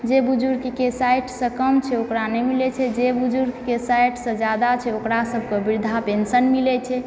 जे बुजुर्ग के साठि सऽ कम छै ओकरा नहि मिलै छै जाहि बुजुर्ग के साठि सऽ जादा छै ओकरा सब के वृद्धा पेंशन मिलै छै